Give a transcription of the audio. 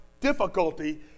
difficulty